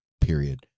period